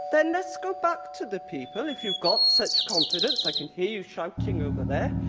then let's go back to the people if you've got such confidence i can hear you shouting over there.